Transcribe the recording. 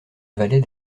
valait